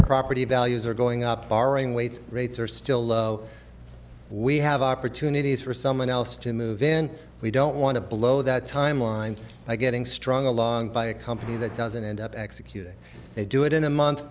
property values are going up barring waits rates are still love we have opportunities for someone else to move in we don't want to blow that timeline by getting strong along by a company that doesn't end up executing they do it in a month